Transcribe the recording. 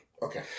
Okay